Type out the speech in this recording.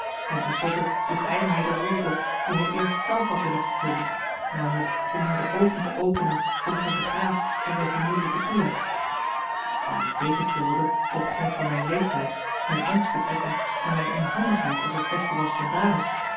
en ten slotte droeg hij mij de rol op die hij eerst zelf had willen vervullen namelijk om haar de oogen te openen omtrent den graaf en zijn vermoedelijken toeleg daar ik tegenstribbelde op grond van mijn leeftijd mijne ambtsbetrekking en mijne onhandigheid als er kwestie was van dames